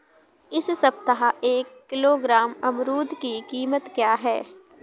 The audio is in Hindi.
इस सप्ताह एक किलोग्राम अमरूद की कीमत क्या है?